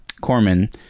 Corman